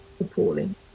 appalling